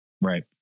Right